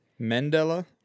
Mandela